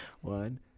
one